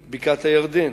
בקעת-הירדן,